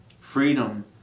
Freedom